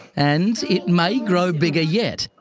and it may grow bigger yet,